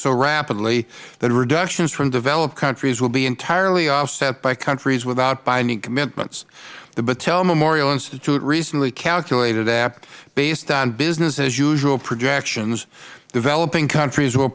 so rapidly that reductions from developed countries will be entirely offset by countries without binding commitments the battelle memorial institute recently calculated that based on business as usual projections developing countries will